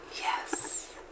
yes